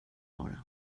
fara